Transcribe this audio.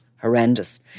horrendous